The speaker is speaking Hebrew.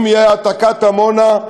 אם תהיה העתקת עמונה,